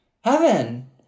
Heaven